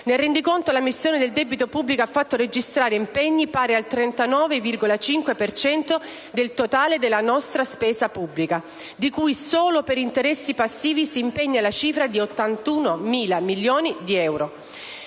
Nel rendiconto, la missione «Debito pubblico» ha fatto registrare impegni pari al 39,5 per cento del totale della nostra spesa pubblica, di cui solo per interessi passivi si impegna la cifra di 81.000 milioni.